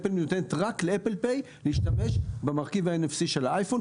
"אפל" נותנת רק ל"אפל פיי" להשתמש במרכיב ה-NFC של האייפון,